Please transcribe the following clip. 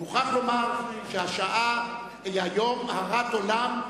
אני מוכרח לומר שהשעה היום הרת עולם,